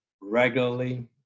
regularly